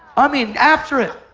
i mean, after it.